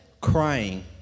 crying